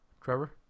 Trevor